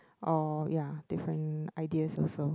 or ya different ideas also